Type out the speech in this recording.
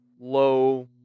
Low